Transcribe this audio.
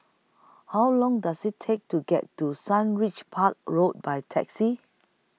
How Long Does IT Take to get to Sundridge Park Road By Taxi